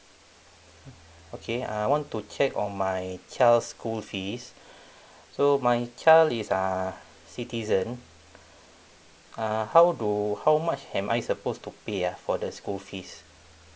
okay uh I want to check on my child school fees so my child is uh citizen err how do how much am I supposed to pay ah for the school fees